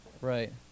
Right